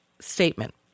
statement